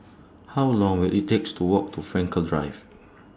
How Long Will IT takes to Walk to Frankel Drive